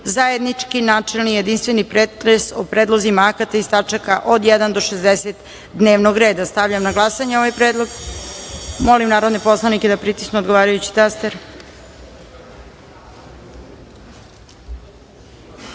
zajednički načelni i jedinstveni pretres o predlozima akata iz tačaka od 1. do 60. dnevnog reda. Stavljam na glasanje ovaj predlog. Molim narodne poslanike da pritisnu odgovarajući